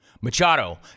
Machado